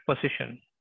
position